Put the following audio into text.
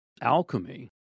alchemy